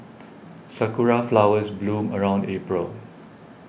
sakura flowers bloom around April